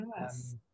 Yes